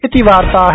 इति वार्ता